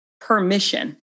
permission